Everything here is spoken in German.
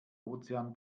ozean